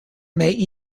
may